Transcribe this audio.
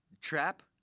trap